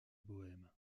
bohême